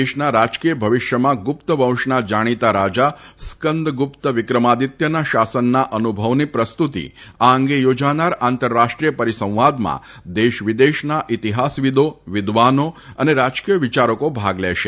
દેશના રાજકીય ભવિષ્યમાં ગુપ્તવંશના જાણીતા રાજા સ્કંદગુપ્ત વિક્રમાદિત્યના શાસનના અનુભવની પ્રસ્તુતી આ અંગે યોજાનાર આંતરરાષ્ટ્રીય પરીસંવાદમાં દેશ વિદેશના ઇતિહાસ વિદો વિદ્વવાનો અને રાજકીય વિયારકો ભાગ લેશે